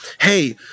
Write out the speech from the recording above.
hey